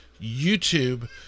YouTube